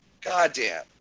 goddamn